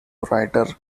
writer